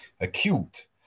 acute